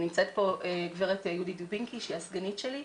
נמצאת פה גב' יהודית דובינסקי שהיא הסגנית שלי,